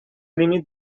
límit